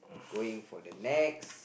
going for the next